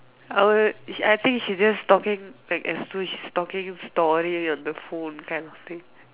I will I think she just talking like as though she's just talking story on the phone kind of thing